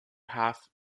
half